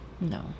No